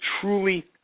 truly